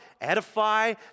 edify